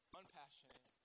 unpassionate